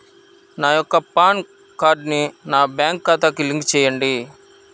నా యొక్క పాన్ కార్డ్ని నా బ్యాంక్ ఖాతాకి లింక్ చెయ్యండి?